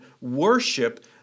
worship